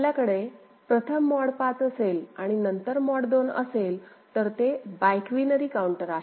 आपल्याकडे प्रथम मॉड 5 असेल आणि नंतर मॉड 2 असेल तर ते बायक्वीनेरी काउंटर आहे